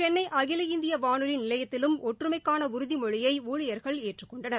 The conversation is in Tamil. சென்னை அகில இந்திய வானொவி நிலையத்திலும் ஒற்றுமைக்கான உறுதிமொழியை ஊழியர்கள் ஏற்றுக் கொண்டனர்